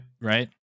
Right